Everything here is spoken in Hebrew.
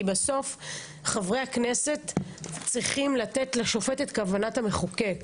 כי בסוף חברי הכנסת צריכים לתת לשופט את כוונת המחוקק.